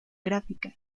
gráfica